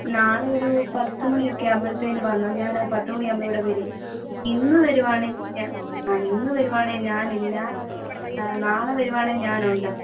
നാളെ ഒരു പത്ത് മണി ഒക്കെ ആവുമ്പോഴത്തേന് വന്നോ ഞാൻ പത്ത് മണിയാവുമ്പം ഇവിടെ വരും ഇന്ന് വരുവാണെങ്കിൽ ഞാൻ ആ ഇന്ന് വരുവാണെങ്കിൽ ഞാൻ ഇല്ല നാളെ വരുവാണെങ്കിൽ ഞാൻ ഉണ്ട്